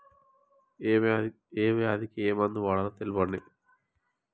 ఏ వ్యాధి కి ఏ మందు వాడాలో తెల్పండి?